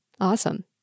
Awesome